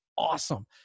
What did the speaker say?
Awesome